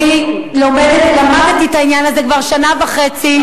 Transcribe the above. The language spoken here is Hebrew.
אני למדתי את העניין הזה כבר שנה וחצי.